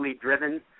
driven –